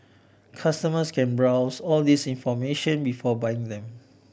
customers can browse all this information before buying them